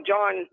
John